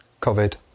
COVID